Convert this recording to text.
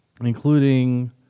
including